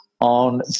on